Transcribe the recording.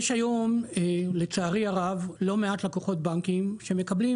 יש היום לצערי הרב לא מעט לקוחות בנקים שמקבלים